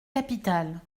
capitale